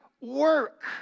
work